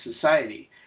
society